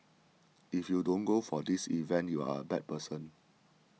if you don't go for this event you are a bad person